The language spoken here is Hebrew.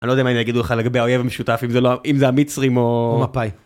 אני לא יודע מה הם אגיד לך לגבי האויב המשותף אם זה המצרים או מפאי.